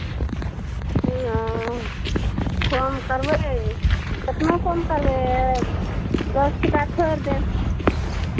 हँ कम करबै केतना कम करबै दस टाका छोड़ि देब